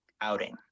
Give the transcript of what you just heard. outing